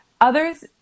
Others